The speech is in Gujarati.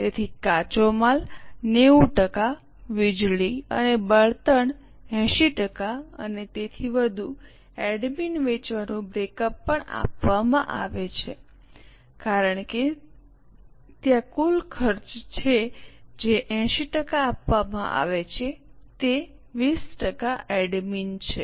તેથી કાચો માલ 90 ટકા વીજળી અને બળતણ 80 ટકા અને તેથી વધુ એડમિન વેચવાનું બ્રેકઅપ પણ આપવામાં આવે છે કારણ કે ત્યાં કુલ ખર્ચ છે જે 80 ટકા આપવામાં આવે છે તે 20 ટકા એડમિન છે